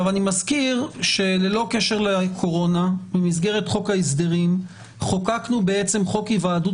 אני מזכיר שללא קשר לקורונה במסגרת חוק ההסדרים חוקקנו חוק היוועדות